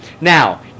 Now